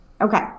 Okay